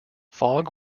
fog